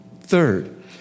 Third